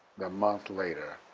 the month later,